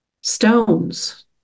stones